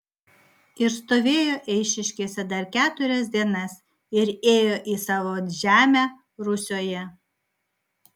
ir stovėjo eišiškėse dar keturias dienas ir ėjo į savo žemę rusioje